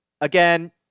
Again